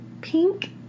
pink